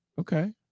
Okay